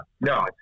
No